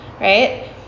right